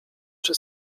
czy